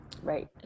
right